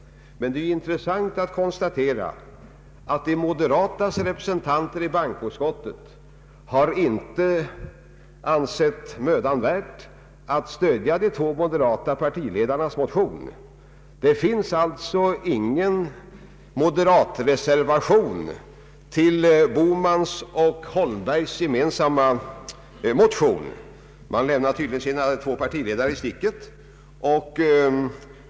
Det är emellertid intressant att konstatera att de moderatas representanter i bankoutskottet inte har ansett det mödan värt att stödja motionen från de två moderata partiledarna. Det finns alltså ingen moderatreservation som ansluter sig till herr Bohmans och herr Holmbergs gemensamma motion. De moderata representanterna i utskottet lämnar tydligen sina två partiledare i sticket.